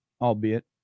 albeit